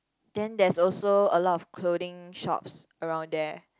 then there's also a lot of clothing shops around there